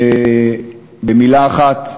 במילה אחת,